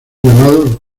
llamados